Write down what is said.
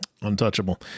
Untouchable